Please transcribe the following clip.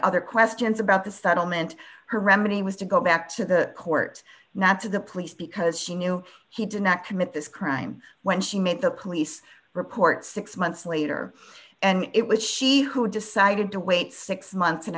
other questions about the settlement her remedy was to go back to the court not to the police because she knew he did not commit this crime when she made the police report six months later and it was she who decided to wait six months and